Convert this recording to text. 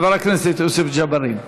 חבר הכנסת יוסף ג'בארין.